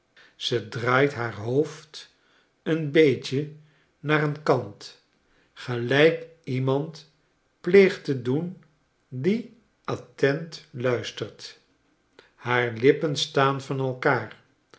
ze draait haar hoofd een beetje naar een kant gelijk iemand pleegt te doen die attent luistert haar lippen staan van elkaar